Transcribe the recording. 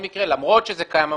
למרות שזה קיים היום,